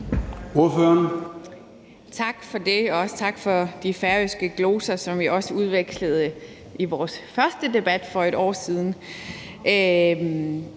(SP): Tak for det, og også tak for de færøske gloser, som vi også udvekslede i vores første debat for et år siden.